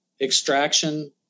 extraction